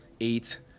eight